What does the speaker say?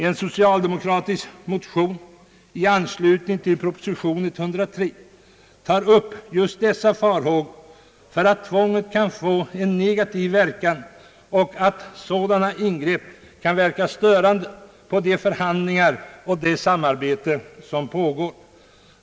En socialdemokratisk motion i anslutning till proposition 103 tar upp just dessa farhågor för att tvånget kan få negativ verkan och att sådana ingrepp kan verka störande på de förhandlingar och det samarbete som pågår.